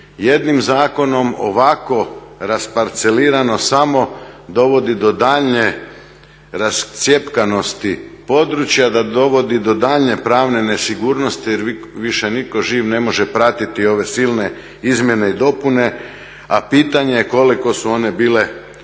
jednim zakonom ovako rasparcelirano samo dovodi do daljnje rascjepkanosti područja da dovodi do daljnje pravne nesigurnosti jer više niko živ ne može pratiti ove silne izmjene i dopune, a pitanje je koliko su one bile u